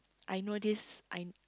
I know this I